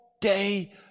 day